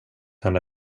henne